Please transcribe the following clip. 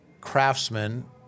craftsmen